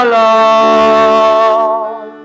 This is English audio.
love